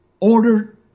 ordered